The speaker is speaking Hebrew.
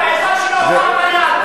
האזור שלו, הוא לא עבריין.